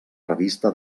revista